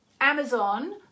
amazon